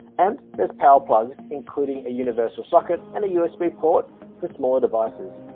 and there's power plugs including a universal socket and a usb port for smaller devices